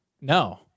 No